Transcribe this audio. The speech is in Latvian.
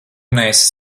neesi